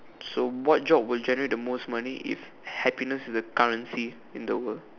so what job would generate the most money if happiness were the currency of the world